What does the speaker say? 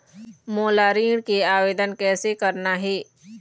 मोला ऋण के आवेदन कैसे करना हे?